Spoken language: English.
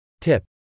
Tip